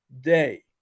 day